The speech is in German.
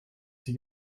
sie